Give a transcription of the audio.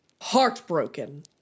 heartbroken